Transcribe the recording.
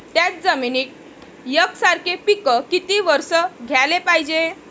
थ्याच जमिनीत यकसारखे पिकं किती वरसं घ्याले पायजे?